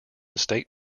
state